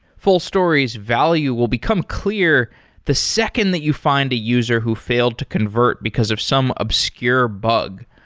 fullstory's value will become clear the second that you find a user who failed to convert because of some obscure bug.